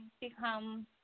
become –